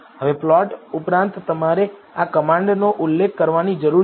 હવે પ્લોટ ઉપરાંત તમારે આ કમાન્ડનો ઉલ્લેખ કરવાની જરૂર છે